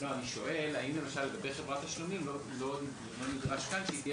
אני שואל האם למשל לגבי חברת תשלומים לא נדרש כאן שהיא תהיה